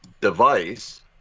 device